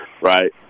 right